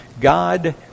God